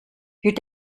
your